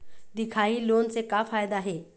दिखाही लोन से का फायदा हे?